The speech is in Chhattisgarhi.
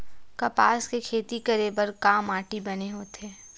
कपास के खेती करे बर का माटी बने होथे?